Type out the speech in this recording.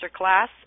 Masterclass